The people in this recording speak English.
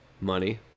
money